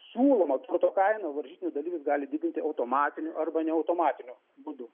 siūlomą turto kainą varžytinių dalyvis gali didinti automatiniu arba neautomatiniu būdu